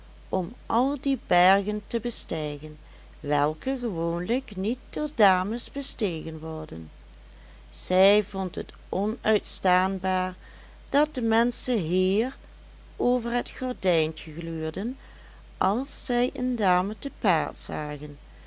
om al die bergen te bestijgen welke gewoonlijk niet door dames bestegen worden zij vond het onuitstaanbaar dat de menschen hier over het gordijntje gluurden als zij een dame te paard zagen